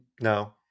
No